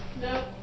No